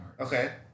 Okay